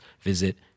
visit